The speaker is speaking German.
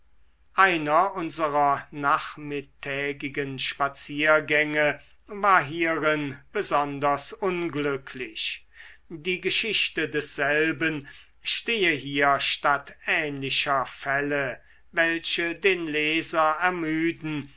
einer unserer nachmittägigen spaziergänge war hierin besonders unglücklich die geschichte desselben stehe hier statt ähnlicher fälle welche den leser ermüden